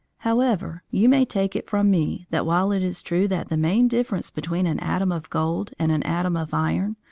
however, you may take it from me that while it is true that the main difference between an atom of gold and an atom of iron,